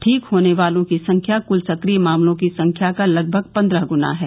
ठीक होने वालों की संख्या कूल सक्रिय मामलों की संख्या का लगभग पन्द्रह गुना है